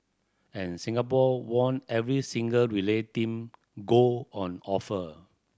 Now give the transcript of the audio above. and Singapore won every single relay team gold on offer